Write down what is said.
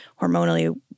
hormonally